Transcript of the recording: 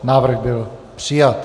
Návrh byl přijat.